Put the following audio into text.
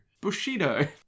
Bushido